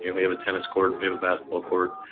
you know we have a tennis court, we have a basketball court,